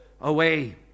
away